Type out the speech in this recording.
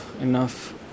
enough